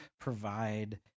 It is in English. provide